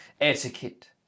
etiquette